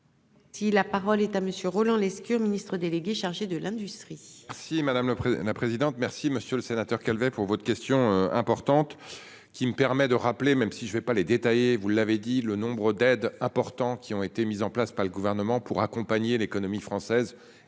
Si la parole est à monsieur Roland Lescure Ministre délégué chargé de l'industrie. Si Madame le président. La présidente. Merci monsieur le sénateur Calvet pour votre question importante. Qui me permet de rappeler même si je ne vais pas les détails, vous l'avez dit, le nombre d'aides importants qui ont été mises en place par le gouvernement pour accompagner l'économie française et au fond la France